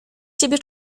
ciebie